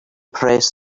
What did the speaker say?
press